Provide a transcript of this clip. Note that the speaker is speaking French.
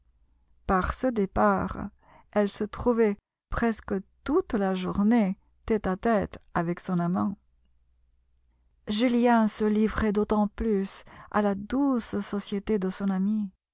par ce départ elle se trouvait presque toute la journée tête à tête avec son amant julien se livrait d'autant plus à la douce société de son amie